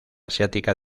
asiática